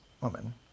woman